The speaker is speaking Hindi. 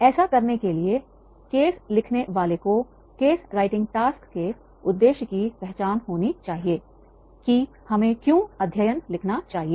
ऐसा करने के लिए कि केस लिखने वाले को केस राइटिंग टास्क के उद्देश्य की पहचान होनी चाहिए कि हमें क्यों अध्ययन लिखना चाहिए